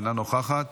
אינה נוכחת,